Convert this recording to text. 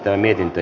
kannatan